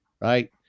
right